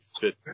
fit